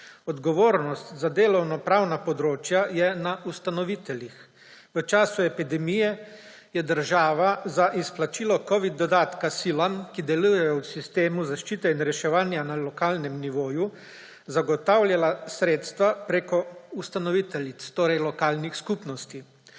Odgovornost za delovnopravna področja je na ustanoviteljih. V času epidemije je država za izplačilo covid dodatka silam, ki delujejo v sistemu zaščite in reševanja na lokalnem nivoju, zagotavljala sredstva preko ustanoviteljic, torej lokalnih skupnosti.